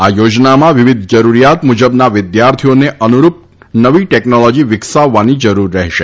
આ યોજનામાં વિવિધ જરૂરિયાત મુજબના વિદ્યાર્થીઓને અનુરૂપ નવી ટેકનોલોજી વિકસાવવાની જરૂર રહેશે